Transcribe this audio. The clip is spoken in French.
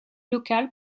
locale